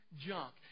junk